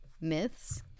myths